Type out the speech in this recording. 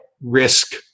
risk